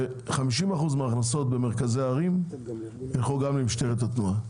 ו-50% מההכנסות במרכזי ערים ילכו גם למשטרת התנועה,